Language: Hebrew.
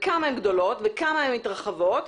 וכמה הן גדולות וכמה הן מתרחבות,